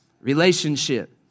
relationship